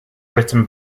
written